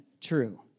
true